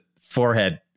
forehead